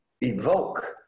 evoke